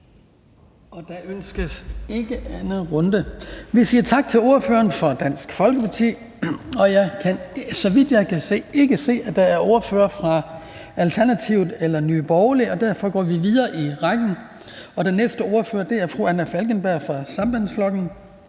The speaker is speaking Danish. Der ønskes ikke en anden kort bemærkning? Nej. Vi siger tak til ordføreren for Dansk Folkeparti. Så vidt jeg kan se, er der ikke ordførere fra Alternativet eller Nye Borgerlige. Derfor går vi videre i rækken, og den næste ordfører er fru Anna Falkenberg fra Sambandsflokkurin.